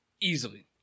Easily